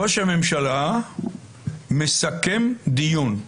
ראש הממשלה מסכם דיון,